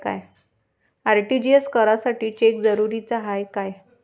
RTGS करासाठी cheque जरुरीचा हाय काय?